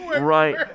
Right